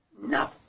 No